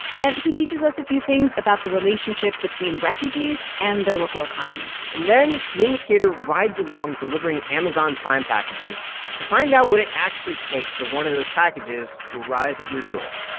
and he teaches us a few things about the relationship between refugees and their local economy and then the indicator rides along delivering amazon prime packages to find out what it actually takes for one of those packages to arrive at your door